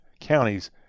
counties